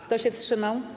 Kto się wstrzymał?